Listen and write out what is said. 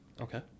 Okay